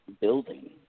building